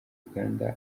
uganda